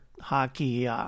hockey